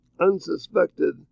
unsuspected